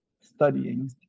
Studying